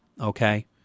okay